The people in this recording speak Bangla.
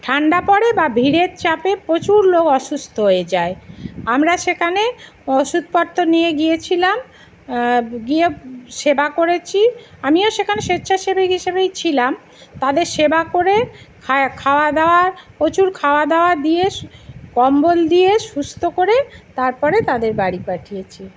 ঠান্ডা পড়ে বা ভিড়ের চাপে প্রচুর লোক অসুস্থ হয়ে যায় আমরা সেখানে ওষুধপত্র নিয়ে গিয়েছিলাম গিয়ে সেবা করেছি আমিও সেখানে স্বেচ্ছাসেবীকা হিসেবেই ছিলাম তাদের সেবা করে খাওয়া দাওয়া প্রচুর খাওয়া দাওয়া দিয়ে কম্বল দিয়ে সুস্থ করে তারপরে তাদের বাড়ি পাঠিয়েছি